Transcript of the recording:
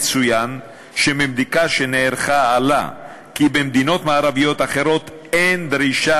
יצוין שמבדיקה שנערכה עלה כי במדינות מערביות אחרות אין דרישה